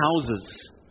houses